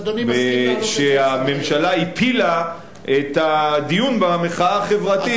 שהממשלה הפילה את הדיון במחאה החברתית,